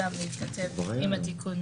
ברורים ולפקח גם אם מגלים מקרי תחלואה,